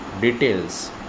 details